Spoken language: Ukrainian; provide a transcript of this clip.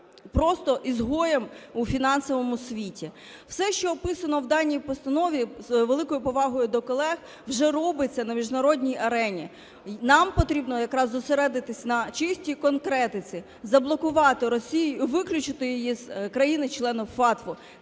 просто изгоем у фінансовому світі. Все, що описано в даній постанові, з великою повагою до колег, вже робиться на міжнародній арені. Нам потрібно якраз зосередитись на чистій конкретиці – заблокувати Росію і виключити її з країн-членів FATF.